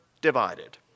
divided